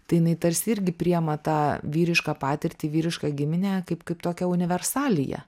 tai jinai tarsi irgi priima tą vyrišką patirtį vyrišką giminę kaip kaip tokią universaliją